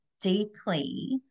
deeply